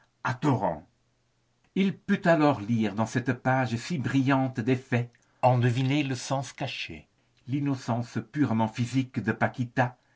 à torrents il put alors lire dans cette page si brillante d'effet en deviner le sens caché l'innocence purement physique de